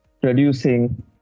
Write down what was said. producing